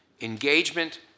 Engagement